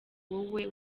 wowe